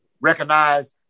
recognize